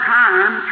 time